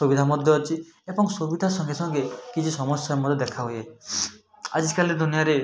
ସୁବିଧା ମଧ୍ୟ ଅଛ ଏବଂ ସୁବିଧା ସଙ୍ଗେ ସଙ୍ଗେ କିଛି ସମସ୍ୟା ମୋର ଦେଖା ହୁଏ ଆଜିକାଲି ଦୁନିଆରେ